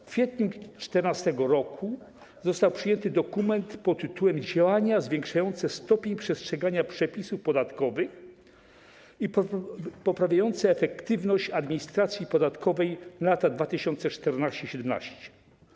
W kwietniu 2014 r. został przyjęty dokument pt. „Działania zwiększające stopień przestrzegania przepisów podatkowych i poprawiające efektywność administracji podatkowej na lata 2014-2017”